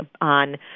on